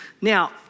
Now